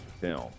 film